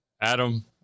Adam